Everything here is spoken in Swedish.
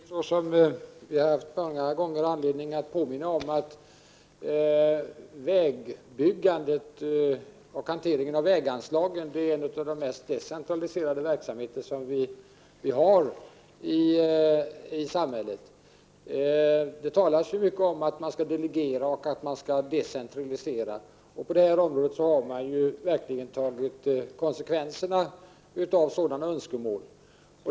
Herr talman! Jag har många gånger haft anledning att påminna om att vägbyggandet och hanteringen av väganslagen tillhör de mest decentraliserade verksamheter som vi har i samhället. Det talas mycket om att delegera och decentralisera, och på detta område har man verkligen tagit konsekvenserna av sådana önskemål.